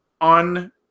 on